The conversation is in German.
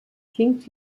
klingt